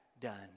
done